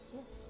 Yes